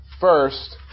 First